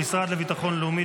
המשרד לביטחון לאומי,